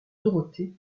dorothée